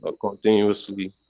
continuously